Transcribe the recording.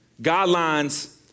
guidelines